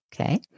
Okay